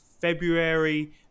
February